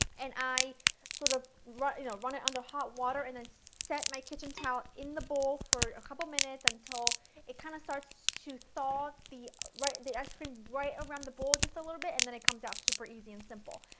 and i sort of run you know run it under hot water and then sit my kitchen towel in the bowl for a couple minutes until it kind of starts to thaw the ice cream right around the bowl just a little bit and then it comes out super easy and simple.